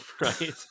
right